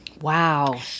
Wow